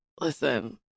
Listen